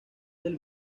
del